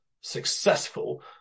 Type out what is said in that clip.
successful